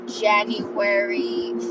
January